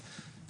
ביומטריים.